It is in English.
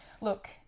look